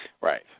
Right